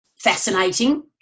fascinating